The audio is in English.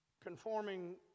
Conforming